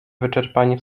wyczerpanie